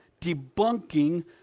debunking